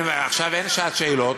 עכשיו אין שעת שאלות.